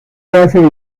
hace